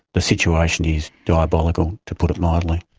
the situation is diabolical, to put it mildly.